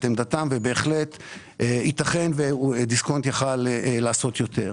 עמדתם ובהחלט יתכן ודיסקונט היה יכול לעשות יותר.